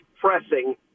pressing